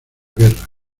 guerra